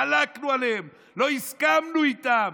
חלקנו עליהם, לא הסכמנו איתם,